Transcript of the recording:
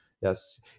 yes